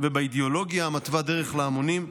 ובאידיאולוגיה המתווה דרך להמונים.